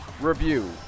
review